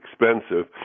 expensive